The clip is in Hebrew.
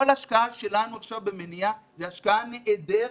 כל השקעה שלנו עכשיו במניעה זו השקעה נהדרת.